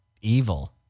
evil